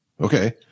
Okay